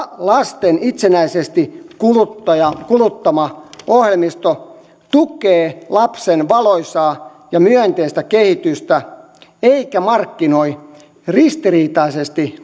lasten itsenäisesti kuluttama ohjelmisto tukee lapsen valoisaa ja myönteistä kehitystä eikä markkinoi ristiriitaiseksi